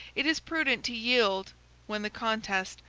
it is prudent to yield when the contest,